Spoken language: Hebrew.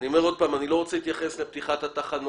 אני אומר שוב שאני לא רוצה להתייחס לפתיחת התחנות,